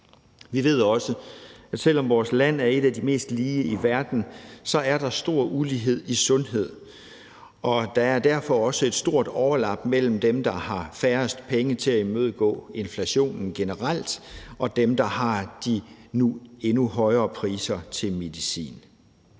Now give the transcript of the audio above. Vi ved også, at selv om vores land er et af de mest lige i verden, er der stor ulighed i sundhed. Og der er derfor også et stort overlap mellem dem, der har færrest penge til at imødegå inflationen generelt, og dem, der har de nu endnu højere udgifter til medicin.